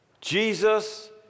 Jesus